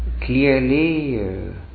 clearly